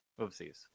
Oopsies